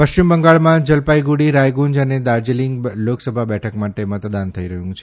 પશ્ચિમ બંગાળમાં જલપાઈગુડી રાયગુંજ અને દાર્જીલીંગ લોકસભા બેઠક માટે મતદાન થઈ રહ્યું છે